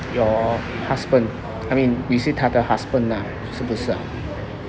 your husband I mean visit 她的 husband ah 是不是 ah